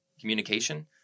communication